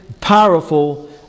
powerful